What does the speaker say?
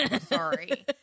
sorry